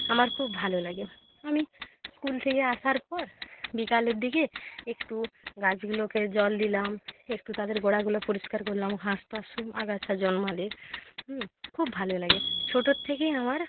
আমার খুব ভালো লাগে আমি স্কুল থেকে আসার পর বিকালের দিকে একটু গাছগুলোকে জল দিলাম একটু তাদের গোড়াগুলো পরিষ্কার করলাম ঘাস টাস সব আগাছা জন্মালে খুব ভালো লাগে ছোটর থেকেই আমার